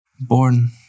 Born